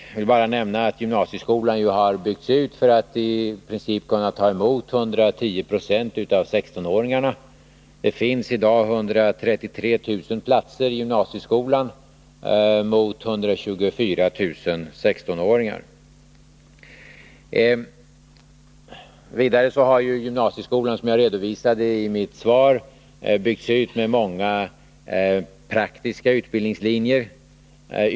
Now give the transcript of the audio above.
Jag vill bara nämna att gymnasieskolan byggts ut för att i princip kunna ta emot 110 26 av 16-åringarna. Det finns i dag 133 000 platser i gymnasieskolan medan antalet 16-åringar är 124 000. Vidare har gymnasieskolan, som jag redovisade i mitt svar, byggts ut med många praktiska utbildningslinjer.